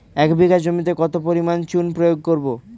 এক বিঘা জমিতে কত পরিমাণ চুন প্রয়োগ করব?